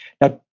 Now